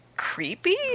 creepy